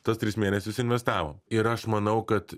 tuos tris mėnesius investavom ir aš manau kad